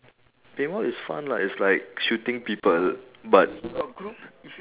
paintball is fun lah it's like shooting people but